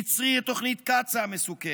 עצרי את תוכנית קצא"א המסוכנת,